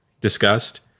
discussed